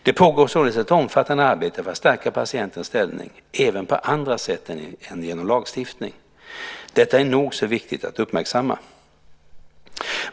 Det pågår således ett omfattande arbete för att stärka patientens ställning även på andra sätt än genom lagstiftning. Detta är nog så viktigt att uppmärksamma.